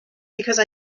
because